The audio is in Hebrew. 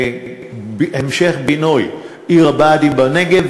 להמשך בינוי עיר הבה"דים בנגב,